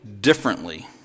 differently